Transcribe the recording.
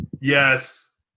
Yes